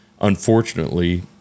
unfortunately